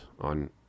on